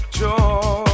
joy